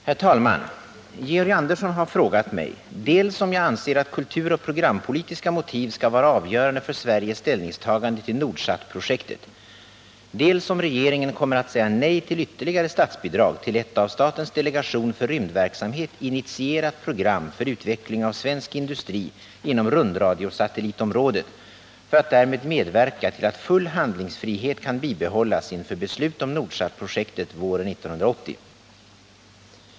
Herr talman! Georg Andersson har frågat mig dels om jag anser att kulturoch programpolitiska motiv skall vara avgörande för Sveriges ställningstagande till Nordsatprojektet, dels om regeringen kommer att säga nej till ytterligare statsbidrag till ett av statens delegation för rymdverksamhet initierat program för utveckling av svensk industri inom rundradiosatellitområdet för att därmed medverka till att full handlingsfrihet kan bibehållas inför beslut om Nordsatprojektet våren 1980. 1.